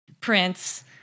Prince